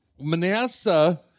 Manasseh